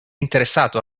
interessato